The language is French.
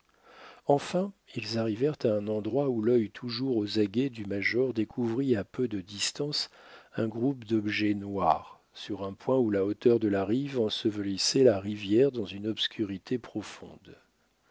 enfin ils arrivèrent à un endroit où l'œil toujours aux aguets du major découvrit à peu de distance un groupe d'objets noirs sur un point où la hauteur de la rive ensevelissait la rivière dans une obscurité profonde